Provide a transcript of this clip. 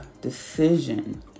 decision